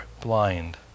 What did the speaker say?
blind